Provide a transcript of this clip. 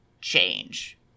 change